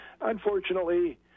unfortunately